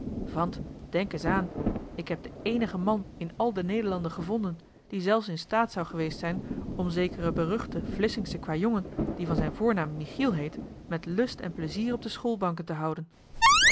want denk eens aan ik heb den éénigen man in al de nederlanden gevonden die zelfs in staat zou geweest zijn om zekeren beruchten vlissingschen kwâjongen die van zijn voornaam michiel heette met lust en plezier op de schoolbanken te houden